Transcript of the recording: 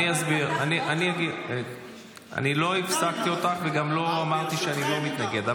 אני לא הפסקתי אותך וגם לא אמרתי שאני מתנגד,